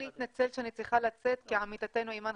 רק להתנצל שאני צריכה לצאת כי עמיתתנו אימאן